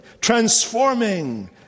transforming